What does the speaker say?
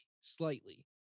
Slightly